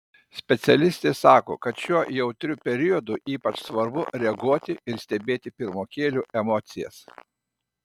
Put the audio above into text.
specialistė sako kad šiuo jautriu periodu ypač svarbu reaguoti ir stebėti pirmokėlių emocijas